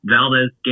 Valdez